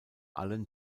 allen